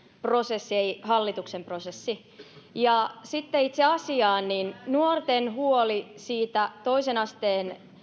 prosessi ei hallituksen prosessi sitten itse asiaan nuorten huoli toisen asteen